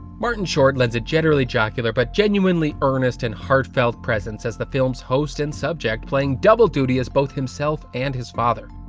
martin short lends a generally jocular, but genuinely earnest and heartfelt presense as the films host and subject, playing double duty as both himself, and his father.